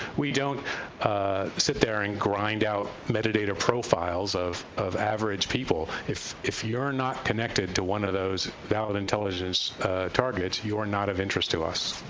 we don't sit there and grind out metadata profiles of of average people. if if you're not connected to one of those valid intelligence targets, you are not of interest to us.